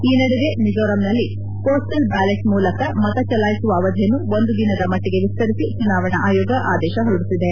ಈ ನಡುವೆ ಮಿಜೋರಾಂನಲ್ಲಿ ಪೋಸ್ವಲ್ ಬ್ಯಾಲಟ್ ಮೂಲಕ ಮತ ಚಲಾಯಿಸುವ ಅವಧಿಯನ್ನು ಒಂದು ದಿನದ ಮಟ್ಟಿಗೆ ವಿಸ್ತರಿಸಿ ಚುನಾವಣೆ ಆಯೋಗ ಆದೇಶ ಹೊರಡಿಸಿದೆ